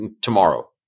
tomorrow